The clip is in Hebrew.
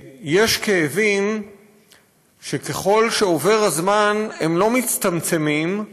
יש כאבים שככל שעובר הזמן הם לא מצטמצמים,